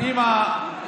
הוא